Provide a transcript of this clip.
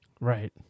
Right